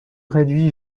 réduit